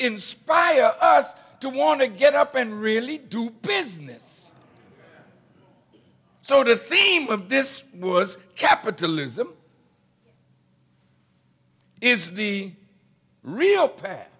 inspire us to want to get up and really do business so the theme of this was capitalism is the real